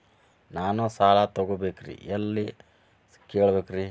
ನಾನು ಸಾಲ ತೊಗೋಬೇಕ್ರಿ ಎಲ್ಲ ಕೇಳಬೇಕ್ರಿ?